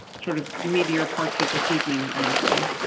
sort of media parts of this evening i would say.